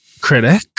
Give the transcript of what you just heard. critic